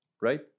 right